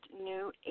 new